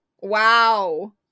Wow